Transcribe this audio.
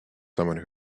someone